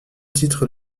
titre